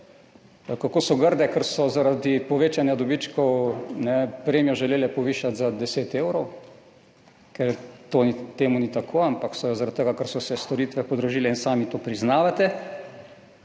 kako so grde, ker so zaradi povečanja dobičkov premijo želele povišati za 10 evrov, ker to ni tako, ampak so jo zaradi tega, ker so se storitve podražile in sami to priznavate.